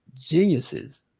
geniuses